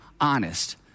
honest